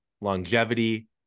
longevity